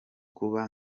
kuba